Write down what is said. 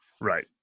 Right